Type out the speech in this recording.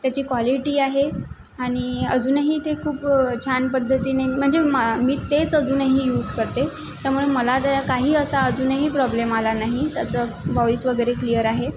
त्याची क्वालिटी आहे आणि अजूनही ते खूप छान पद्धतीने म्हणजे मी तेच अजूनही यूज करते त्यामुळे मला त्या काही असा अजूनही प्रॉब्लेम आला नाही त्याचं वॉईस वगैरे क्लिअर आहे